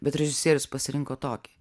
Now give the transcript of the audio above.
bet režisierius pasirinko tokį